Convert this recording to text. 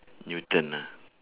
newton ah